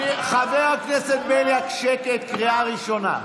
חבר הכנסת בליאק, שקט, קריאה ראשונה.